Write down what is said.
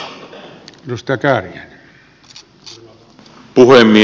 herra puhemies